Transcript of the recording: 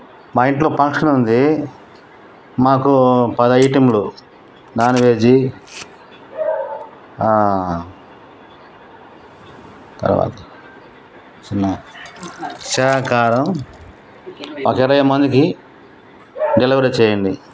మా ఇంట్లో ఫంక్షను ఉంది మాకు పది ఐటమ్లు నాన్వెజ్జీ చిన్న శాకాహారం ఒక ఇరవై మందికి డెలివరీ చేయండి